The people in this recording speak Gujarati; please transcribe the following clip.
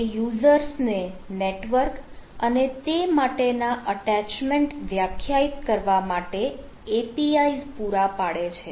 તે યુઝર્સને નેટવર્ક અને તે માટેના અટેચમેન્ટ વ્યાખ્યાયિત કરવા માટે APIs પુરા પાડે છે